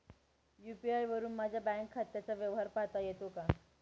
UPI वरुन माझ्या bank खात्याचा व्यवहार पाहता येतो का?